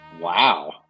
Wow